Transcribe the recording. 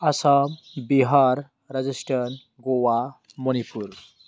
Assam Bihar Rajasthan Goa Manipur